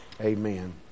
amen